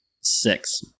six